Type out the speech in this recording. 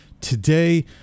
today